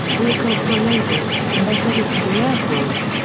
vehicles were loaded, and they headed to the airport.